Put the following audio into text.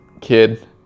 kid